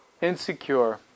Insecure